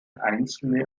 einzelne